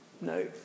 No